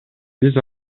биз